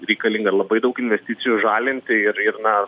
reikalinga labai daug investicijų žalinti ir ir na